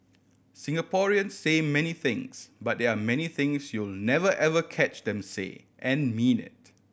Singaporeans say many things but there are many things you'll never ever catch them say and mean it